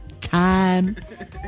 time